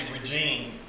regime